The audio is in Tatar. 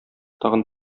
тагын